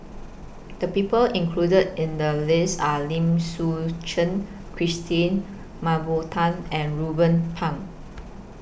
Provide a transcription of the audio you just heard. The People included in The list Are Lim Suchen Christine Mah Bow Tan and Ruben Pang